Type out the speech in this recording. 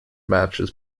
matches